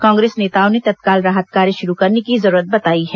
कांग्रेस नेताओं ने तत्काल राहत कार्य शुरू करने की जरूरत बताई है